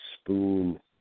spoon